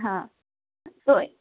હા તો